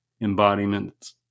embodiments